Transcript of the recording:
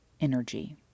energy